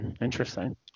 Interesting